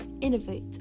innovate